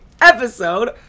episode